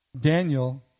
Daniel